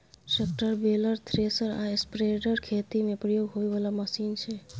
tractor, baler, thresher आ spreader खेती मे प्रयोग होइ बला मशीन छै